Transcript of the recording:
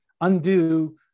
undo